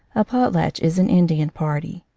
a potlatch is an indian party.